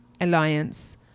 Alliance